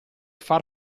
far